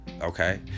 okay